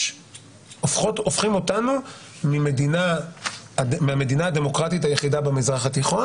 הופכים אותנו מהמדינה הדמוקרטית היחידה במזרח התיכון